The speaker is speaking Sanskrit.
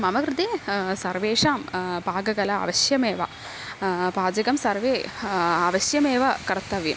मम कृते सर्वेषां पाककला अवश्यमेव पाचकः सर्वे अवश्यमेव कर्तव्यम्